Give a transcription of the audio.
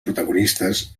protagonistes